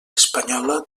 espanyola